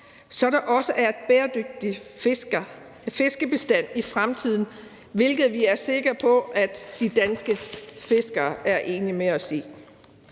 så der også er en bæredygtig fiskebestand i fremtiden, hvilket vi er sikre på at de danske fiskere er enige med os i.